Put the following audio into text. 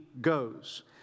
goes